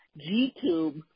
G-Tube